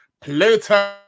Pluto